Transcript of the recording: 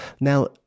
Now